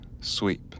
sweep